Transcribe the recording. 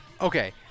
Okay